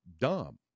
dumb